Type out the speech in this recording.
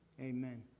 Amen